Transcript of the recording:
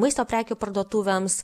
maisto prekių parduotuvėms